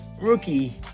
rookie